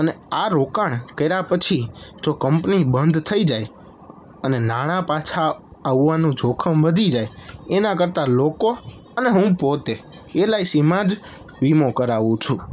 અને આ રોકાણ કર્યા પછી જો કંપની બંધ થઈ જાય અને નાણાં પાછા આવવાનું જોખમ વધી જાય એના કરતાં લોકો અને હું પોતે એલઆઇસીમાં જ વીમો કરાવું છું